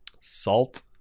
Salt